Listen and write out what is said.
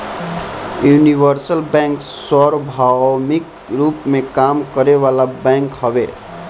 universal bank सार्वभौमिक रूप में काम करे वाला बैंक हवे